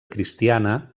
cristiana